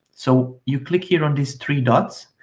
so you click here on these three dots,